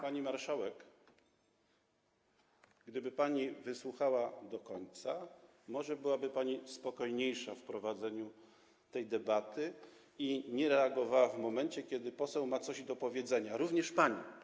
Pani marszałek, gdyby pani wysłuchała do końca, może byłaby pani spokojniejsza w prowadzeniu tej debaty i nie reagowała w momencie, kiedy poseł ma coś do powiedzenia, również pani.